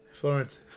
Florence